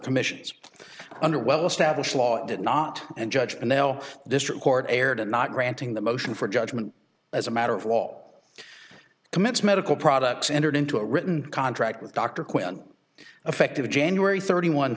commissions under well established law did not and judge and l district court erred in not granting the motion for judgment as a matter of law commits medical products entered into a written contract with dr quinn effective january thirty one